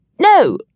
No